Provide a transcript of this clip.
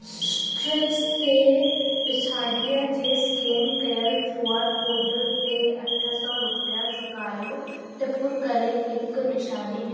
citrus ते पिछाड़ीअ जे स्केन कयल क्यू आर कोड ते अठ सौ रुपिया चुकायो टिप करे हिक निशानी वि